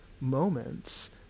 moments